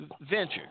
venture